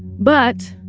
but